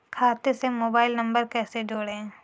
खाते से mobile number कैसे जोड़ें?